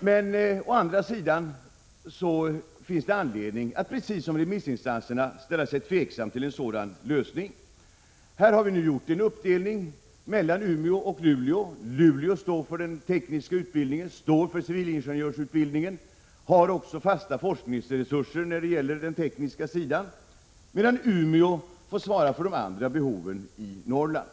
Men det finns anledning att precis som remissinstanserna ställa sig tveksam till en sådan lösning. Vi har ju gjort en uppdelning mellan Umeå och Luleå. Luleå står för den tekniska utbildningen och för civilingenjörsutbildningen och har också fasta forskningsresurser när det gäller den tekniska sidan, medan Umeå får svara för de andra utbildningsbehoven i Norrland.